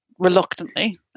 reluctantly